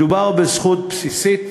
מדובר בזכות בסיסית